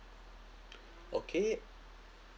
okay